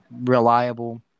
reliable